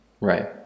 Right